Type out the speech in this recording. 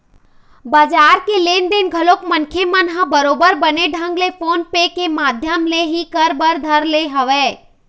बजार के लेन देन घलोक मनखे मन ह बरोबर बने ढंग ले फोन पे के माधियम ले ही कर बर धर ले हवय